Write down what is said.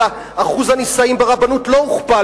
הוכפלה אבל אחוז הנישאים ברבנות לא הוכפל.